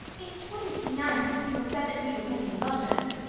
it wouldn't be nice if people said that we were taking lodgers